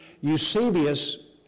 Eusebius